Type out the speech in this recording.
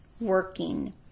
working